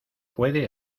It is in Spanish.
puede